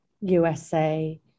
USA